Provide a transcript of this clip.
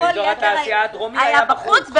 ואזור התעשייה הדרומי היה בחוץ.